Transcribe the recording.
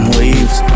leaves